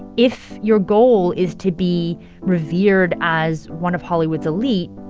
if your goal is to be revered as one of hollywood's elite,